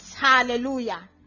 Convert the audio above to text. Hallelujah